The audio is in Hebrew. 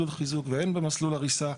הן במסלול חיזוק והן במסלול הריסה.